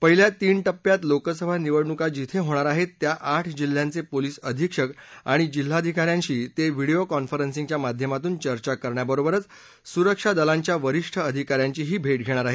पहिल्या तीन टप्प्यात लोकसभा निवडणूक जिथे होणार आहे त्या आठ जिल्ह्यांचे पोलिस अधीक्षक आणि जिल्हाधिकाऱ्यांशी ते व्हिडिओ कॉन्फरन्सिंगच्या माध्यमातून चर्चा करण्याबरोबरच ते सुरक्षा दलांच्या वरिष्ठ अधिकाऱ्यांची भेट घेणार आहेत